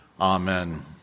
Amen